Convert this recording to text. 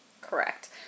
Correct